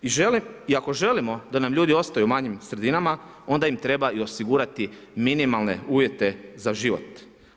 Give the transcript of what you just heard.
I ako želimo da nam ljudi ostaju u manjim sredinama, onda im treba i osigurati minimalne uvjete za život.